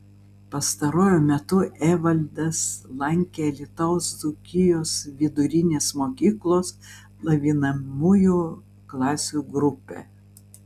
pastaruoju metu evaldas lankė alytaus dzūkijos vidurinės mokyklos lavinamųjų klasių grupę